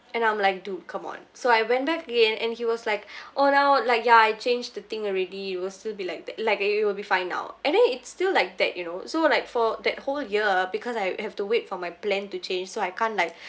and I'm like dude come on so I went back again and he was like oh now like ya I change the thing already it will still be like that like uh it will be fine now and then it's still like that you know so like for that whole year because I have to wait for my plan to change so I can't like